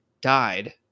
died